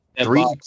Three